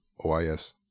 OIS